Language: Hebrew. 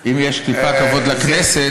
אם יש טיפה כבוד לכנסת,